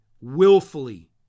willfully